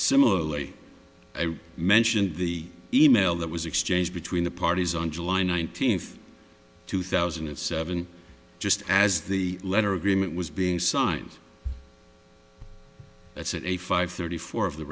similarly mentioned the e mail that was exchanged between the parties on july nineteenth two thousand and seven just as the letter agreement was being signed that's it a five thirty four of the